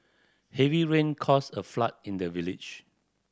heavy rain caused a flood in the village